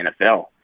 NFL